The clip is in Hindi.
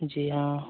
जी हाँ